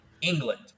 England